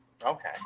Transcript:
okay